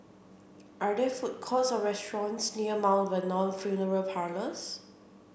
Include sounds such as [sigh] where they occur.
are there food courts or restaurants near [unintelligible] Vernon Funeral Parlours